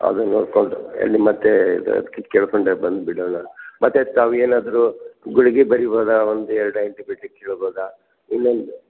ಅದು ನೋಡ್ಕೊಳ್ಳಿ ರೀ ಎಲ್ಲಿ ಮತ್ತು ಇದು ಅದಕ್ಕೆ ಕೇಳ್ಕೊಂಡೆ ಬಂದು ಬಿಡೋಣಾ ಮತ್ತೆ ತಾವು ಏನಾದರೂ ಗುಳ್ಗೆ ಬರಿಬೋದ ಒಂದು ಎರಡು ಆ್ಯಂಟಿಬಿಟಿಕ್ ಕೇಳ್ಬಹುದ ಇನ್ನೊಂದು